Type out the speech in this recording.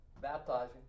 baptizing